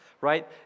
right